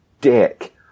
dick